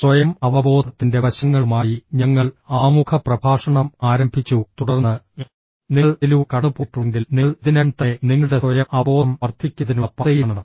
സ്വയം അവബോധത്തിന്റെ വശങ്ങളുമായി ഞങ്ങൾ ആമുഖ പ്രഭാഷണം ആരംഭിച്ചു തുടർന്ന് നിങ്ങൾ അതിലൂടെ കടന്നുപോയിട്ടുണ്ടെങ്കിൽ നിങ്ങൾ ഇതിനകം തന്നെ നിങ്ങളുടെ സ്വയം അവബോധം വർദ്ധിപ്പിക്കുന്നതിനുള്ള പാതയിലാണ്